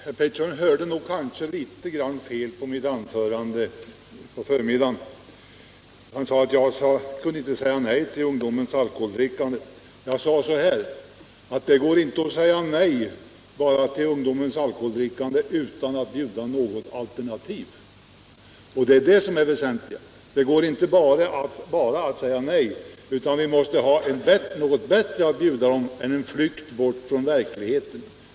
Herr talman! Herr Pettersson i Helsingborg hörde nog litet grand fel när han lyssnade på mitt anförande i förmiddags. Han hävdade att jag kunde inte säga nej till ungdomens alkoholdrickande. Jag sade emellertid så här: Det går inte att bara säga nej till ungdomens alkoholdrickande utan att ha något alternativ. Det är detta som är det väsentliga. Det går inte att bara säga nej, utan vi måste ha något bättre att bjuda ungdomarna än en flykt bort från verkligheten.